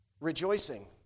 rejoicing